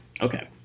Okay